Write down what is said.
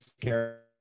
care